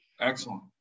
Excellent